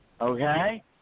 okay